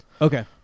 Okay